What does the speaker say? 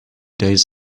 days